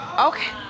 Okay